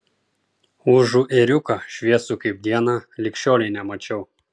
užu ėriuką šviesų kaip diena lig šiolei nemačiau